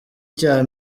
cya